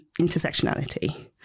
intersectionality